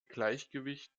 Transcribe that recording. gleichgewicht